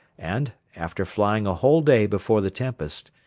and, after flying a whole day before the tempest,